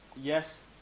Yes